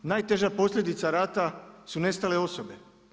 Najteža posljedica rata su nestale osobe.